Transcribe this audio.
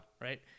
Right